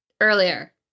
earlier